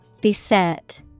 Beset